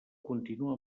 continua